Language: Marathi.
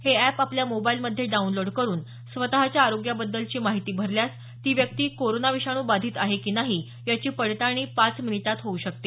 हे अॅप आपल्या मोबाईल मध्ये डाऊनलोड करुन स्वतःच्या आरोग्याबद्दलची माहिती भरल्यास ती व्यक्ती कोरोना विषाणू बाधित आहे की नाही याची पडताळणी पाच मिनिटात होऊ शकते